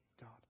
God